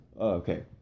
Okay